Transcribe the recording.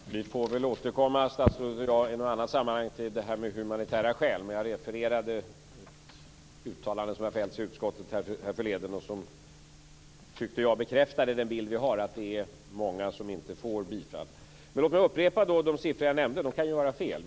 Fru talman! Vi får väl återkomma statsrådet och jag i ett annat sammanhang till frågan om humanitära skäl. Jag refererade ett uttalande som har fällts i utskottet härförleden, och som jag tyckte bekräftade den bild jag har, nämligen att det är många som inte får bifall. Låt mig då upprepa de siffror jag nämnde. De kan ju vara fel.